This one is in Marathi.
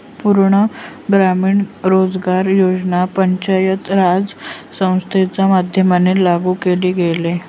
पूर्ण ग्रामीण रोजगार योजना पंचायत राज संस्थांच्या माध्यमाने लागू केले गेले